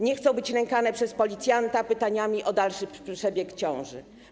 Nie chcą być nękane przez policjanta pytaniami o dalszy przebieg ciąży.